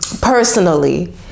personally